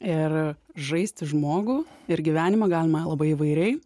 ir žaisti žmogų ir gyvenimą galima labai įvairiai